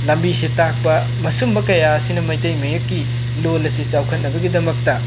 ꯂꯝꯕꯤꯁꯦ ꯇꯥꯛꯄꯥ ꯃꯁꯨꯝꯕ ꯀꯌꯥ ꯑꯁꯤꯅ ꯃꯩꯇꯩ ꯃꯌꯦꯛꯀꯤ ꯂꯣꯟ ꯑꯁꯤ ꯆꯥꯎꯈꯠꯅꯕꯒꯤꯗꯃꯛꯇꯥ